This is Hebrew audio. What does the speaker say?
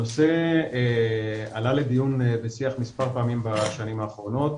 הנושא עלה לדיון בשיח מספר פעמים בשנים האחרונות,